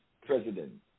president